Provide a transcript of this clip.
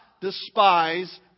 despise